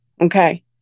okay